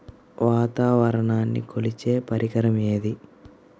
వాతావరణాన్ని కొలిచే పరికరం ఏది?